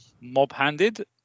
mob-handed